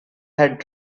had